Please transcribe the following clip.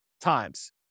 times